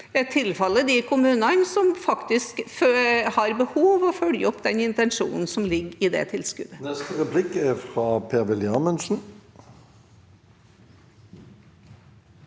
tilfalle de kommunene som faktisk har behov, og følger opp den intensjonen som ligger i det tilskuddet.